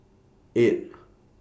eight